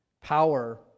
power